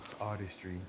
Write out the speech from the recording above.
artistry